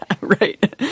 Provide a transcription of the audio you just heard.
right